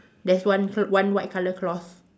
there's one one white colour cloth